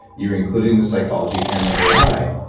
you're including the psychology and the ai.